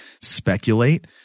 speculate